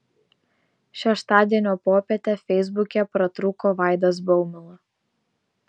šeštadienio popietę feisbuke pratrūko vaidas baumila